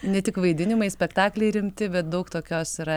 ne tik vaidinimai spektakliai rimti bet daug tokios yra